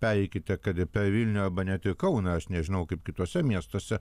pereikite kad ir per vilnių arba net ir kauną aš nežinau kaip kituose miestuose